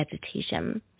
vegetation